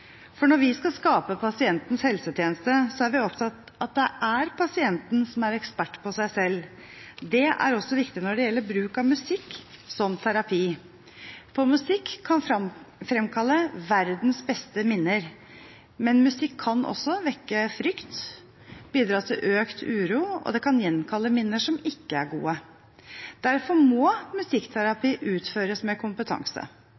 Når vi skal skape pasientens helsetjeneste, er vi opptatt av at det er pasienten som er ekspert på seg selv. Dette er også viktig når det gjelder bruk av musikk som terapi. Musikk kan framkalle verdens beste minner, men musikk kan også vekke frykt, bidra til økt uro og gjenkalle minner som ikke er gode. Derfor må musikkterapi utføres med kompetanse